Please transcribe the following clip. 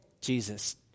Jesus